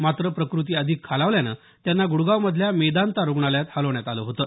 मात्र प्रकृती अधिक खालावल्यानं त्यांना गुडगावमधल्या मेदांता रुग्णालयात हलवण्यात आलं होतं